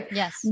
yes